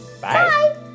Bye